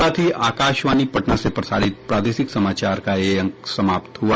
इसके साथ ही आकाशवाणी पटना से प्रसारित प्रादेशिक समाचार का ये अंक समाप्त हुआ